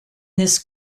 this